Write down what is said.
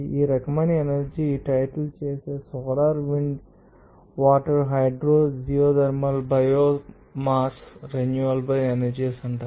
ఈ రకమైన ఎనర్జీ ని టైటిల్ చేసే solar wind water hydro geothermal బయోమాస్ను రెన్యూబెల్ ఎనర్జీ అంటారు